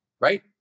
right